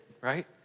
right